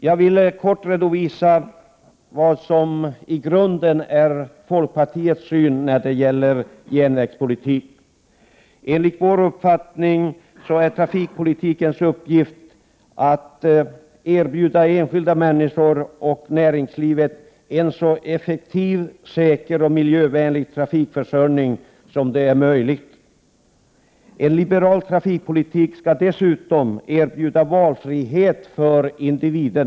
Så vill jag kort redovisa folkpartiets grundsyn på järnvägspolitiken. Enligt vår uppfattning är det trafikpolitikens uppgift att erbjuda enskilda människor och näringslivet en så effektiv, säker och miljövänlig trafikförsörjning som möjligt. En liberal trafikpolitik skall dessutom erbjuda valfrihet för individen.